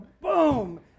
BOOM